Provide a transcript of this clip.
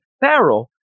barrel